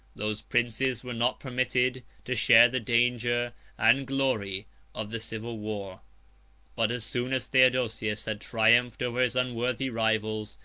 those princes were not permitted to share the danger and glory of the civil war but as soon as theodosius had triumphed over his unworthy rivals,